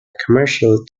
commercial